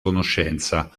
conoscenza